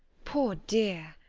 poor dear!